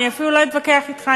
אני אפילו לא אתווכח אתך,